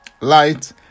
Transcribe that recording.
light